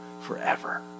forever